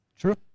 True